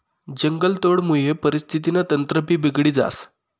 जंगलतोडमुये परिस्थितीनं तंत्रभी बिगडी जास